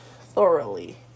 thoroughly